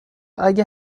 اگه